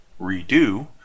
redo